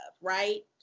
right